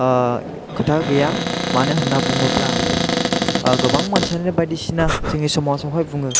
खोथा गैया मानो होन्ना बुङोब्ला गोबां मानसियानो बायदिसिना जोंनि समाजाव हाय बुङो